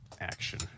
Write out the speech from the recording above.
action